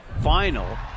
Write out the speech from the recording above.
final